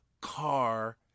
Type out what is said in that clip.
car